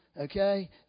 Okay